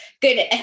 good